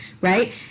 right